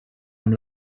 amb